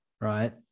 Right